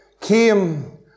came